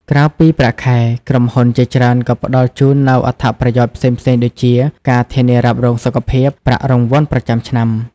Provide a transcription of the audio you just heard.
ក្រៅពីប្រាក់ខែ ក្រុមហ៊ុនជាច្រើនក៏ផ្តល់ជូននូវ អត្ថប្រយោជន៍ផ្សេងៗដូចជា ការធានារ៉ាប់រងសុខភាព ប្រាក់រង្វាន់ប្រចាំឆ្នាំ។